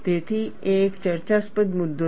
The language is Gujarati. તેથી તે એક ચર્ચાસ્પદ મુદ્દો છે